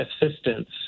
assistance